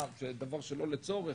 דבר שלא לצורך,